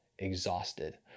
exhausted